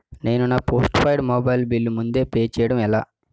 నేను నా postpaid mobile bill ముందే పే చేయడం ఎలా?